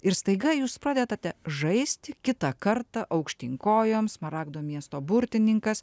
ir staiga jūs pradedate žaisti kitą kartą aukštyn kojom smaragdo miesto burtininkas